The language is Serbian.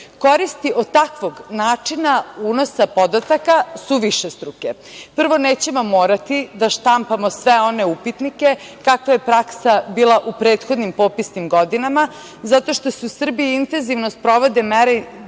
Koristi od takvog načina unosa podataka su višestruke. Prvo, nećemo morati da štampamo sve one upitnike, kako je praksa bila u prethodnim popisnim godinama, zato što se u Srbiji intenzivno sprovode mere